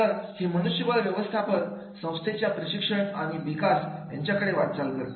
तर हे मनुष्यबळ व्यवस्थापन संस्थेच्या प्रशिक्षण आणि विकास यांच्या कडे वाटचाल करते